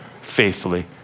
faithfully